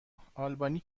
آلبانی